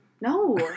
no